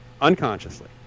unconsciously